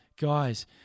guys